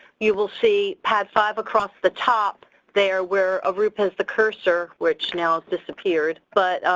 you will see padd five across the top there where arup has the cursor, which now has disappeared but